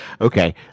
Okay